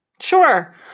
Sure